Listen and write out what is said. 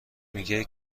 میگه